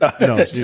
No